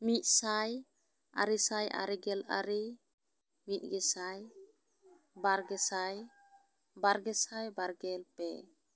ᱢᱤᱫ ᱥᱟᱭ ᱟᱨᱮ ᱥᱟᱭ ᱟᱨᱮ ᱜᱮᱞ ᱟᱨᱮ ᱢᱤᱫ ᱜᱮᱥᱟᱭ ᱵᱟᱨ ᱜᱮᱥᱟᱭ ᱵᱟᱨᱜᱮᱥᱟᱭ ᱵᱟᱨᱜᱮᱞ ᱯᱮ